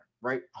right